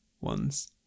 ones